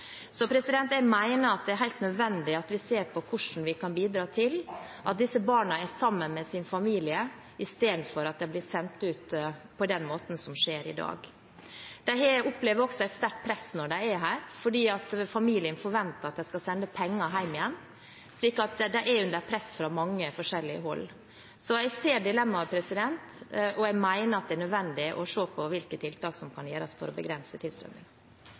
Så jeg mener at det er helt nødvendig at vi ser på hvordan vi kan bidra til at disse barna er sammen med sin familie, istedenfor at de blir sendt ut på den måten som i dag. De opplever også et sterkt press når de er her, fordi familien forventer at de skal sende penger hjem igjen. Så de er under press fra mange forskjellige hold. Jeg ser dilemmaet, og jeg mener at det er nødvendig å se på hvilke tiltak som kan gjøres for å begrense